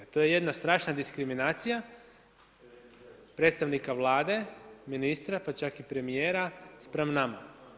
To je jedna strašna diskriminacija predstavnika Vlade, ministra, pa čak i premijera spram nama.